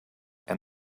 and